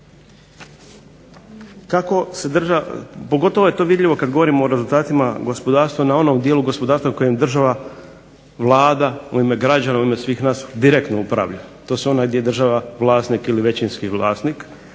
okruženju. Pogotovo je to vidljivo kad govorimo o rezultatima gospodarstva na onom dijelu gospodarstva u kojem država, vlada u ime građana, u ime svih nas direktno upravlja. To su ona gdje država, vlasnik ili većinski vlasnik,